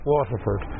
Waterford